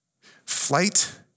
Flight